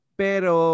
pero